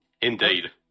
Indeed